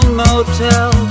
motel